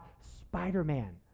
Spider-Man